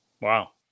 Wow